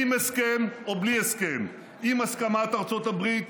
עם הסכם או בלי הסכם, עם הסכמה עם ארצות הברית